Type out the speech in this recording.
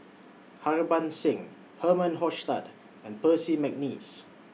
Harbans Singh Herman Hochstadt and Percy Mcneice